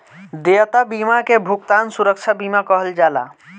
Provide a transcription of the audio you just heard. देयता बीमा के भुगतान सुरक्षा बीमा कहल जाला